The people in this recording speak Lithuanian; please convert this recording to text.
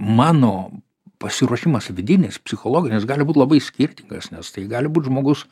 mano pasiruošimas vidinis psichologinis gali būt labai skirtingas nes tai gali būt žmogus